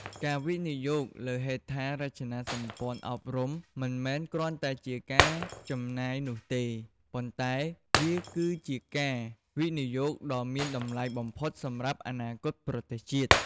ការវិនិយោគលើហេដ្ឋារចនាសម្ព័ន្ធអប់រំ មិនមែនគ្រាន់តែជាការចំណាយនោះទេ ប៉ុន្តែវាគឺជាការវិនិយោគដ៏មានតម្លៃបំផុតសម្រាប់អនាគតប្រទេសជាតិ។